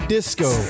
Disco